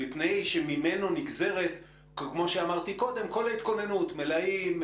מפני שממנו נגזרת כמו שאמרתי קודם כל ההתכוננות: מלאים,